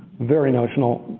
very notional,